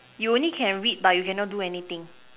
you only can read but you cannot do anything